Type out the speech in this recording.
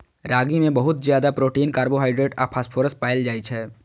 रागी मे बहुत ज्यादा प्रोटीन, कार्बोहाइड्रेट आ फास्फोरस पाएल जाइ छै